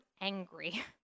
angry